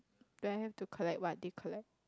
when I have to collect what they collect